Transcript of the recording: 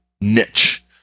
niche